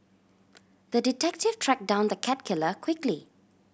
the detective tracked down the cat killer quickly